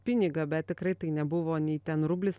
pinigą bet tikrai tai nebuvo nei ten rublis